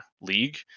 league